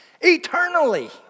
eternally